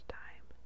time